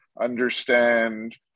understand